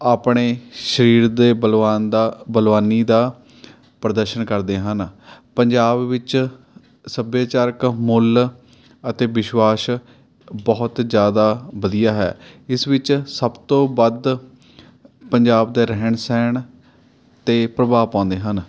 ਆਪਣੇ ਸ਼ਰੀਰ ਦੇ ਬਲਵਾਨ ਦਾ ਬਲਵਾਨੀ ਦਾ ਪ੍ਰਦਰਸ਼ਨ ਕਰਦੇ ਹਨ ਪੰਜਾਬ ਵਿੱਚ ਸੱਭਿਆਚਾਰਕ ਮੁੱਲ ਅਤੇ ਵਿਸ਼ਵਾਸ਼ ਬਹੁਤ ਜ਼ਿਆਦਾ ਵਧੀਆ ਹੈ ਇਸ ਵਿੱਚ ਸਭ ਤੋਂ ਵੱਧ ਪੰਜਾਬ ਦਾ ਰਹਿਣ ਸਹਿਣ 'ਤੇ ਪ੍ਰਭਾਵ ਪਾਉਂਦੇ ਹਨ